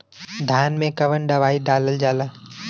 धान मे कवन दवाई डालल जाए?